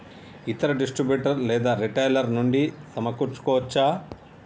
ఇతర డిస్ట్రిబ్యూటర్ లేదా రిటైలర్ నుండి సమకూర్చుకోవచ్చా?